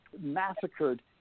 massacred